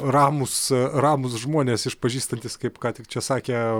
ramūs ramūs žmonės išpažįstantys kaip ką tik čia sakė